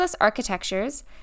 architectures